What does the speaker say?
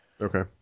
Okay